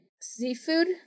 seafood